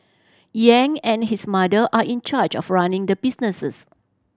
Yang and his mother are in charge of running the businesses